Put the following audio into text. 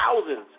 thousands